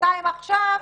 שנתיים עכשיו,